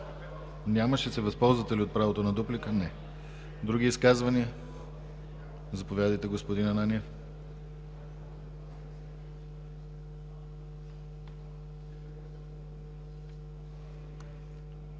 Няма. Ще се възползвате ли от правото на дуплика? Не. Други изказвания? Заповядайте, господин Ананиев.